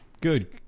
Good